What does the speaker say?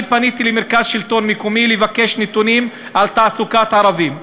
אני פניתי למרכז השלטון המקומי לבקש נתונים על תעסוקת ערבים.